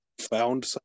found